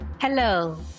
Hello